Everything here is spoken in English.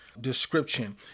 description